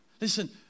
Listen